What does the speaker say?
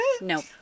Nope